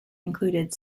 included